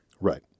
Right